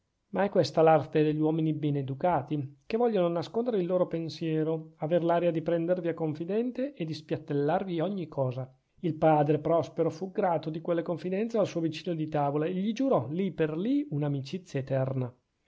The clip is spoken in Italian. ma è questa l'arte degli uomini bene educati che vogliono nascondere il loro pensiero aver l'aria di prendervi a confidente e di spiattellarvi ogni cosa il padre prospero fu grato di quelle confidenze al suo vicino di tavola e gli giurò lì per lì un'amicizia eterna